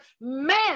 Man